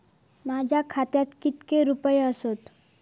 माझ्या खात्यात कितके रुपये आसत?